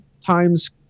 times